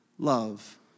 Love